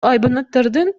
айбанаттардын